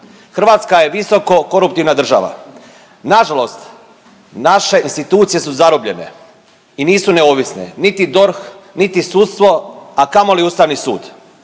Hrvatska je visoko koruptivna država. Nažalost naše institucije su zarobljene i nisu neovisne, niti DORH, niti sudstvo, a kamoli Ustavni sud.